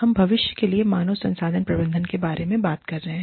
हम भविष्य के लिए मानव संसाधन प्रबंधन के बारे में बात कर रहे हैं